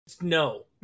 No